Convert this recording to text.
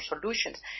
solutions